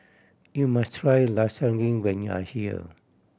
you must try Lasagne when you are here